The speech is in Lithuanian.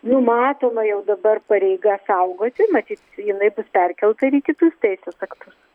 numatoma jau dabar pareiga saugoti matyt jinai bus perkelta ir į kitus teisės aktus